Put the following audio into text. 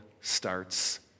starts